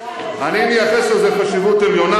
אני מייחס לזה חשיבות עליונה,